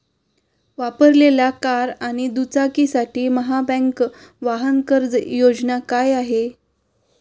वापरलेल्या कार आणि दुचाकीसाठी महाबँक वाहन कर्ज योजना काय आहे?